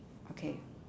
okay